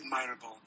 admirable